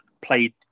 played